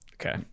Okay